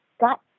got